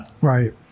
Right